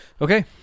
Okay